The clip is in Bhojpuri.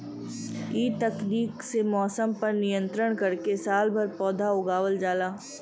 इ तकनीक से मौसम पर नियंत्रण करके सालभर पौधा उगावल जाला